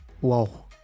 Wow